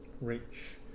Rich